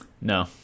no